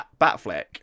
Batfleck